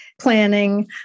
planning